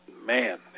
man